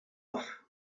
off